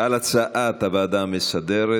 על הצעת הוועדה המסדרת